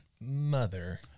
Mother